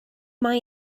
mae